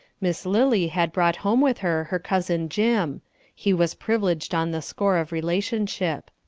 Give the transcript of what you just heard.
miss lily had brought home with her her cousin jim he was privileged on the score of relationship.